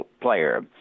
player